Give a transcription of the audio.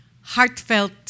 heartfelt